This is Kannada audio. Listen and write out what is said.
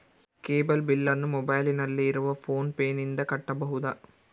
ಕೇಬಲ್ ಬಿಲ್ಲನ್ನು ಮೊಬೈಲಿನಲ್ಲಿ ಇರುವ ಫೋನ್ ಪೇನಿಂದ ಕಟ್ಟಬಹುದಾ?